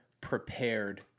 prepared